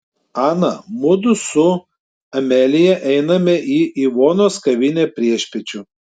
ana mudu su amelija einame į ivonos kavinę priešpiečių